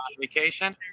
vacation